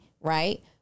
right